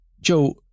Joe